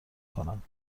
کنم